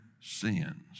sins